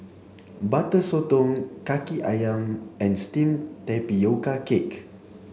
Butter Sotong Kaki Ayam and steamed tapioca cake